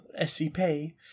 SCP